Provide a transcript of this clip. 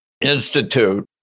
institute